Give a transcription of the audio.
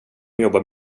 jobbar